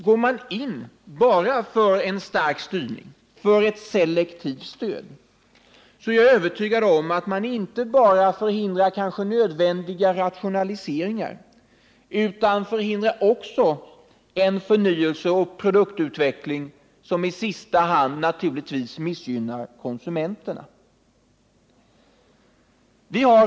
Går man nämligen in för en stark styrning, för ett selektivt stöd, är jag övertygad om att man inte bara hindrar nödvändiga rationaliseringar utan också förnyelse och produktutveckling, vilket i sista hand naturligtvis missgynnar konsumenterna.